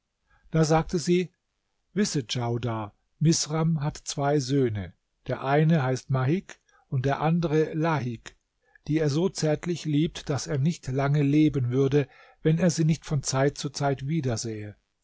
da sagte sie wisse djaudar misram hat zwei söhne der eine heißt mahik und der andere lahik die er so zärtlich liebt daß er nicht lange leben würde wenn er sie nicht von zeit zu zeit wiedersähe